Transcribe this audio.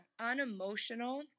unemotional